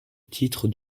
titre